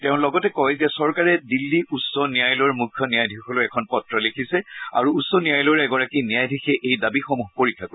তেওঁ লগতে কয় যে চৰকাৰে দিল্লী উচ্চ ন্যায়ালয়ৰ মুখ্য ন্যায়াধীশলৈ এখন পত্ৰ লিখিছে আৰু উচ্চ ন্যায়ালয়ৰ এগৰাকী ন্যায়াধীশে এই দাবীসমূহ পৰীক্ষা কৰিব